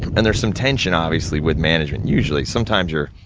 and there's some tension, obviously, with management, usually. sometimes, you're